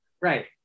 right